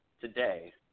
today